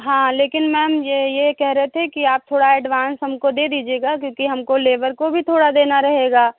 हाँ लेकिन मैम यह यह कह रहे थे कि आप थोड़ा एडवांस हमको दे दीजिएगा क्योंकि हमको लेबर को भी थोड़ा देना रहेगा